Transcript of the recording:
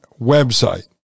website